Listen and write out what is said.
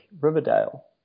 Riverdale